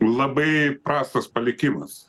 labai prastas palikimas